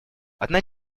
одна